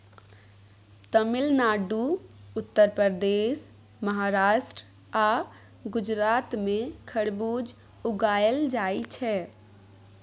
तमिलनाडु, उत्तर प्रदेश, महाराष्ट्र आ गुजरात मे खरबुज उगाएल जाइ छै